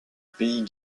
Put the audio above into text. pays